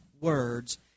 words